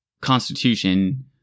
constitution